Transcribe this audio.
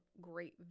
great